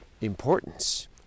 Importance